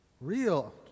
Real